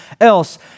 else